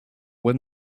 when